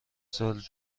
سال